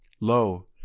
Lo